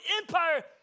Empire